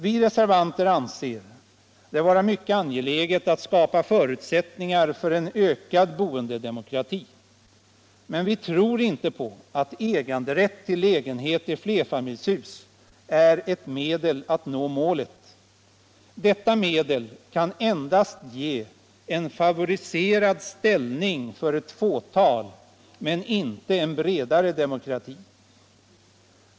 Vi reservanter anser det vara mycket angeläget att skapa förutsättningar för en ökad boendedemokrati, men vi tror inte på att äganderätt till lägenhet i flerfamiljshus är ett medel att nå målet. Detta medel kan endast ge en favoriserad ställning för ett fåtal, men inte en bredare demokrati.